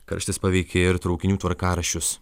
karštis paveikė ir traukinių tvarkaraščius